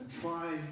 try